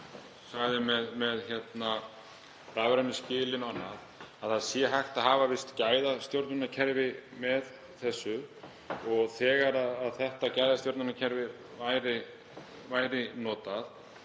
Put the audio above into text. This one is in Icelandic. áður með rafrænu skilin og annað, að það sé hægt að hafa visst gæðastjórnunarkerfi með þessu og þegar þetta gæðastjórnunarkerfi væri notað